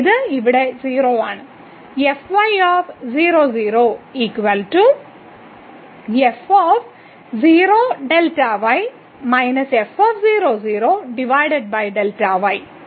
ഇത് ഇവിടെ 0 ആണ്